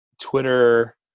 Twitter